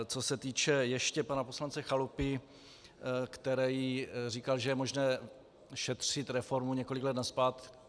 Co se týče ještě pana poslance Chalupy, který říkal, že je možné šetřit reformu několik let zpět.